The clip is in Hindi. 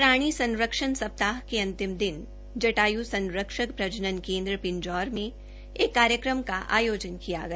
प्राणी संरक्षण सप्ताह के अंतिम दिन जटायू संरक्षण प्रजनन वन्य में एक कार्यक्रम का आयोजन किया गया